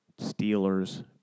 Steelers